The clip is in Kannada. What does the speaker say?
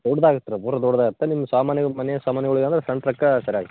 ದೊಡ್ದಾಗತ್ತೆ ರೀ ಬಲು ದೊಡ್ಡದಾಗತ್ತೆ ನಿಮ್ಮ ಸಾಮಾನಿಗೆ ಮನೆ ಸಾಮಾನುಗಳಿಗಾದ್ರೆ ಸಣ್ಣ ಟ್ರಕ್ಕೇ ಸರಿ ಆಗತ್ತೆ